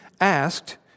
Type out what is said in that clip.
asked